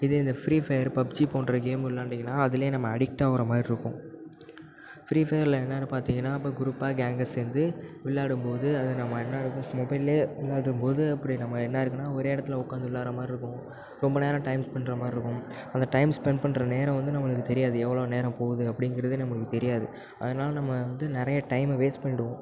இதே இந்த free fire PUBG போன்ற கேம் விளையாண்டீங்கன்னா அதுலேயே நம்ம அடிக்ட் ஆகிற மாதிரி இருக்கும் ஃப்ரீ ஃபயரில் என்னென்னு பார்த்தீங்கன்னா இப்போ குரூப்பாக கேங்காக சேர்ந்து விளையாடும் போது அது நம்ம என்ன ஆகியிருக்கும் மொபைல்லேயே விளையாடும் போது அப்படி நம்ம என்ன ஆகியிருக்குன்னா ஒரே இடத்தில் உக்காந்து விளையாடுற மாதிரி இருக்கும் ரொம்ப நேரம் டைம் ஸ்பெண்ட் மாதிரி இருக்கும் அந்த டைம் ஸ்பெண்ட் பண்ணுற நேரம் வந்து நம்மளுக்குத் தெரியாது எவ்வளோ நேரம் போகுது அப்படிங்கிறதே நம்மளுக்குத் தெரியாது அதனால் நம்ம வந்து நிறைய டைமை வேஸ்ட் பண்ணிவிடுவோம்